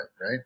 right